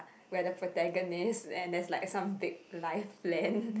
we are the protagonist and there's like some big life plan